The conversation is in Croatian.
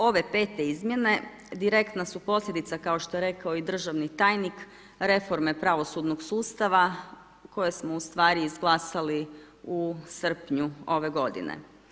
Ove 5. izmjene direktna su posljedica kao što je rekao i državni tajnik reforme pravosudnog sustava koje smo ustvari izglasali u srpnju ove godine.